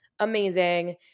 Amazing